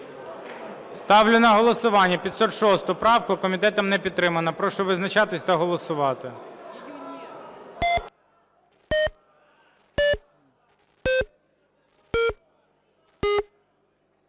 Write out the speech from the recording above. Ставлю на голосування 506 правку. Комітетом не підтримана. Прошу визначатись та голосувати.